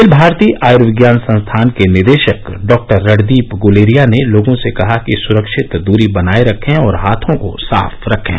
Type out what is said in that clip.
अखिल भारतीय आयूर्विज्ञान संस्थान के निदेशक डॉ रणदीप ग्लेरिया ने लोगों से कहा कि सुरक्षित दूरी बनाए रखें और हाथों को साफ रखें